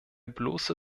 bloße